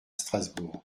strasbourg